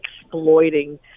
exploiting